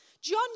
John